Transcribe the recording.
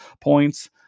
points